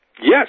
Yes